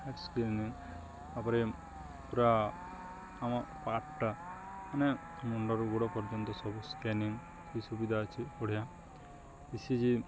heart scanning ତା'ପରେ ପୁରା ଆମ ପାର୍ଟଟା ମାନେ ମୁଣ୍ଡରୁ ଗୋଡ଼ ପର୍ଯ୍ୟନ୍ତ ସବୁ ସ୍କାନିଂ କି ସୁବିଧା ଅଛି ବଢ଼ିଆ ଇ ସିି ଜି